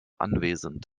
anwesend